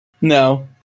No